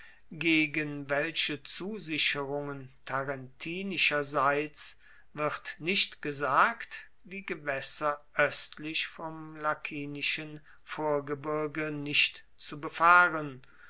gegen welche zusicherungen tarentinischerseits wird nicht gesagt die gewaesser oestlich vom lakinischen vorgebirge nicht zu befahren